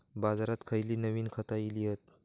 बाजारात खयली नवीन खता इली हत?